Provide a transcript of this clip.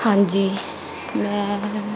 ਹਾਂਜੀ ਮੈਂ